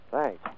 Thanks